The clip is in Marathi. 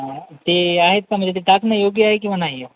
आ ते आहेत का म्हणजे ते टाकणं योग्य आहे किंवा नाही आहे